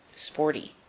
sporty.